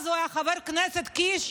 אז הוא היה חבר כנסת, קיש,